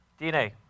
DNA